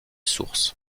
sources